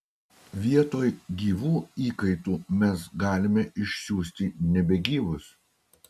vietoj gyvų įkaitų mes galime išsiųsti nebegyvus